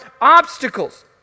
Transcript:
obstacles